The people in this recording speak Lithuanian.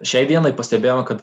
šiai dienai pastebėjom kad